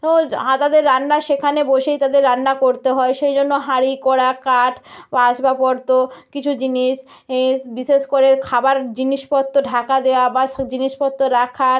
রোজ হাঁ তাদের রান্না সেখানে বসেই তাদের রান্না করতে হয় সেই জন্য হাঁড়ি কড়া কাঠ বা আসবাবপত্র কিছু জিনিস বিশেষ করে খাবার জিনিসপত্র ঢাকা দেয়া বা সব জিনিসপত্র রাখার